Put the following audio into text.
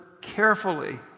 carefully